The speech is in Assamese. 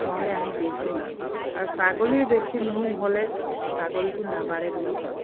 নহ'লে আমি বেজী মাৰোঁ আৰু ছাগলীৰ বেছি নোম হ'লে ছাগলীটো নাবাঢ়ে বুলি কয়